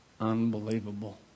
unbelievable